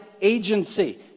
agency